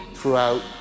throughout